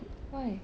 why